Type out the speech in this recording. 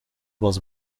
was